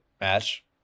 Match